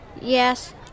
yes